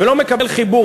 ולא מקבל חיבור,